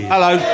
Hello